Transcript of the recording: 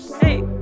Hey